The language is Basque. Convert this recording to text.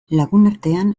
lagunartean